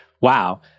wow